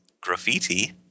graffiti